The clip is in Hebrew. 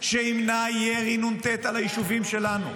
שימנע ירי נ"ט על היישובים שלנו.